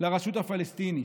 לרשות הפלסטינית.